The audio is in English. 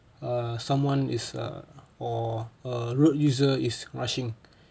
err someone is err or or a road user is rushing